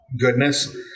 goodness